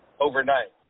overnight